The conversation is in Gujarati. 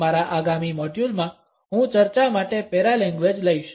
મારા આગામી મોડ્યુલમાં હું ચર્ચા માટે પેરાલેંગ્વેજ લઈશ